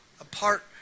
apart